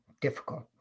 difficult